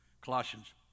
Colossians